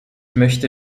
möchte